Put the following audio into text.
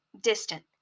distant